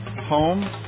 home